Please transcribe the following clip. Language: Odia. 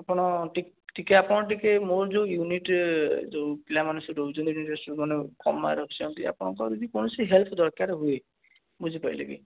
ଆପଣ ଟିକିଏ ଆପଣ ଟିକିଏ ମୋର ଯେଉଁ ୟୁନିଟ୍ ଯେଉଁ ପିଲାମାନେ ସବୁ ଦେଉଛନ୍ତି ଯିଏ ଯିଏ ସବୁ ମାନେ କମ୍ ମାର୍କ୍ ରଖିଛନ୍ତି ଆପଣଙ୍କର ଯଦି କୌଣସି ହେଲ୍ପ ଦରକାର ହୁଏ ବୁଝିପାରିଲେ କି